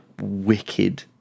wicked